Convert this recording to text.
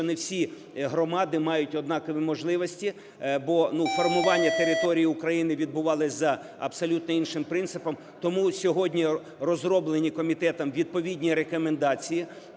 це всі громади мають однакові можливості, бо формування території України відбувалися за абсолютно іншим принципом. Тому сьогодні розроблені комітетом відповідні рекомендації